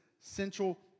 central